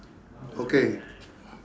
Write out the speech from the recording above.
okay